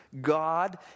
God